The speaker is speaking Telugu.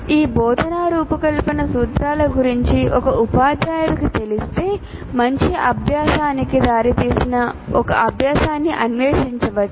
ఈ బోధనా రూపకల్పన సూత్రాల గురించి ఒక ఉపాధ్యాయుడికి తెలిస్తే మంచి అభ్యాసానికి దారితీసిన ఒక అభ్యాసాన్ని అన్వేషించవచ్చు